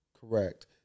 Correct